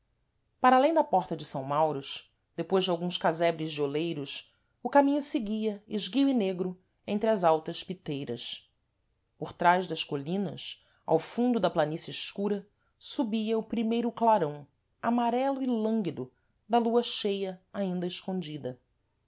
para alêm da porta de s mauros depois de alguns casebres de oleiros o caminho seguia esguio e negro entre altas piteiras por trás das colinas ao fundo da planície escura subia o primeiro clarão amarelo e lânguido da lua cheia ainda escondida